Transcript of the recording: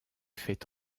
fait